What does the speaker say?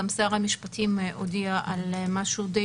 גם שר המשפטים הודיע על משהו די